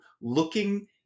Looking